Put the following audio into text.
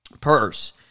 purse